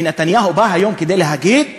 ונתניהו בא היום כדי להגיד,